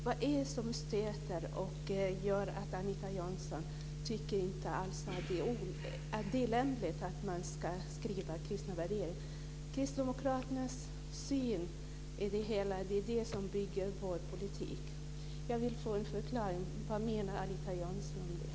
Vad är det som stöter Anita Jönsson och gör att hon inte alls tycker att det är lämpligt att man ska skriva in kristna värderingar? Kristdemokraternas politik bygger på de kristna värderingarna. Jag vill att Anita Jönsson förklarar vad hon menar.